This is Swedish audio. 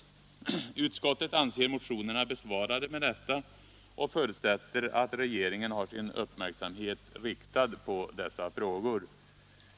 Utskottet anser motionerna besvarade med detta och förutsätter att regeringen har sin uppmärksamhet riktad på dessa frågor.